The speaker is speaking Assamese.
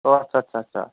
অঁ আচ্ছা আচ্ছা আচ্ছা